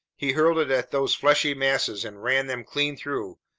he hurled it at those fleshy masses and ran them clean through,